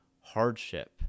hardship